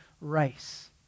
race